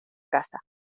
casa